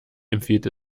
empfiehlt